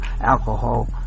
alcohol